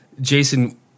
Jason